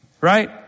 right